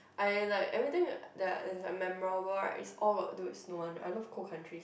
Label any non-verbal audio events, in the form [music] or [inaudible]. I like everything that I [noise] is memorable right is all about do with snow one I love cold countries